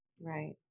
right